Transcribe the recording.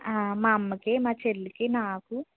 ఆ మా అమ్మకి మా చెల్లికి నాకు